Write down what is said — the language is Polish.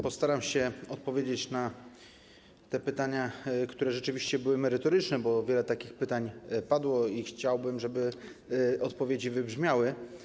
Postaram się odpowiedzieć na te pytania, które rzeczywiście były merytoryczne, bo wiele takich pytań padło, i chciałbym, żeby odpowiedzi wybrzmiały.